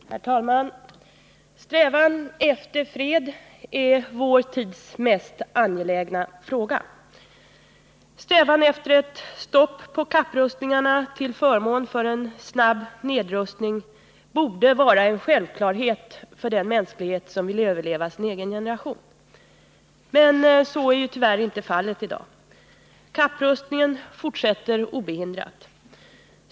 Herr talman! Strävan efter fred är vår tids mest angelägna fråga. Strävan efter ett stopp på kapprustningarna till förmån för en snabb nedrustning borde vara en självklarhet för den mänsklighet som vill överleva sin egen generation. Så är tyvärr inte fallet i dag. Kapprustningen fortsätter obehindrat.